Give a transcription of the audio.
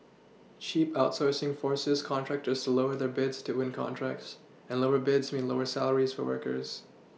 cheap outsourcing forces contractors to lower their bids to win contracts and lower bids mean lower salaries for workers